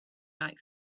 like